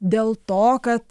dėl to kad